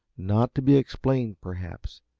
not to be explained, perhaps,